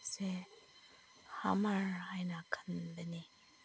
ꯁꯦ ꯍꯃꯔ ꯍꯥꯏꯅ ꯈꯟꯕꯅꯦ